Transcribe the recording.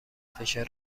فشار